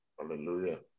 Hallelujah